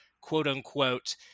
quote-unquote